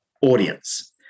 audience